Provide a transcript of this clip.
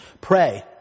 pray